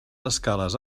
escales